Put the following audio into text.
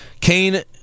Kane